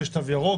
כשיש תו ירוק,